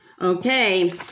Okay